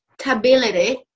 Stability